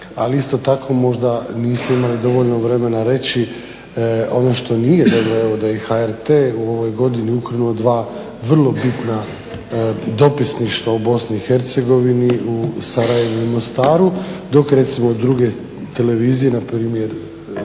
ali isto tako možda nismo imali dovoljno vremena reći ono što nije dobro, da je i HRT u ovoj godini ukinuo dva vrlo bitna dopisništva u BiH, u Sarajevu i Mostaru, dok recimo druge televizije npr.